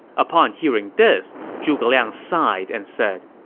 upon hearing this, zhuge liang sighed and said,